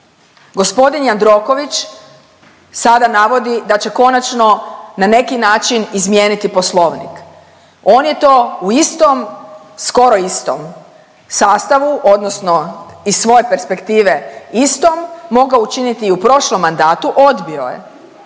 Gospodin Jandroković sada navodi da će konačno na neki način izmijeniti Poslovnik. On je to u istom, skoro istom sastavu odnosno iz svoje perspektive istom mogao učiniti u prošlom mandatu odbio je